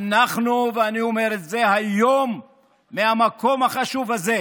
אנחנו, ואני אומר את זה היום מהמקום החשוב הזה,